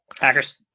Hackers